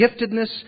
giftedness